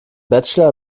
bachelor